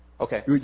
Okay